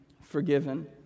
forgiven